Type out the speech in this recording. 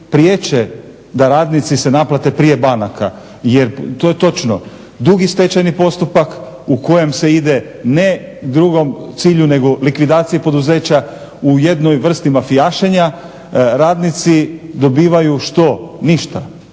priječe da radnici se naplate prije banaka jer to je točno. Dugi stečajni postupak u kojem se ide ne drugom cilju nego likvidaciji poduzeća u jednoj vrsti mafijašenja, radnici dobivaju što, ništa.